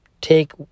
take